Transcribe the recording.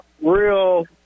real